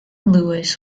lewis